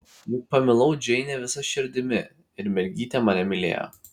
juk pamilau džeinę visa širdimi ir mergytė mane mylėjo